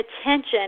attention